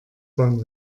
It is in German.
bahn